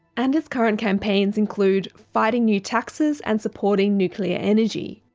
and its current campaigns include fighting new taxes and supporting nuclear energy.